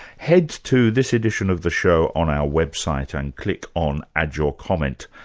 head to this edition of the show on our website, and click on add your comment.